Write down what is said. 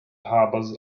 harbors